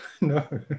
No